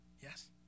Yes